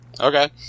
okay